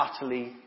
utterly